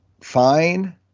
fine